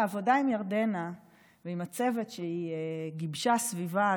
העבודה עם ירדנה ועם הצוות שהיא גיבשה סביבה,